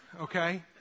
okay